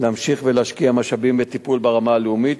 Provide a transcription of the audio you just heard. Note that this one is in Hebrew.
להמשיך ולהשקיע משאבים בטיפול ברמה הלאומית,